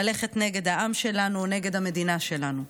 ללכת נגד העם שלנו, נגד המדינה שלנו.